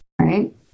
Right